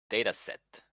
dataset